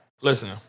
Listen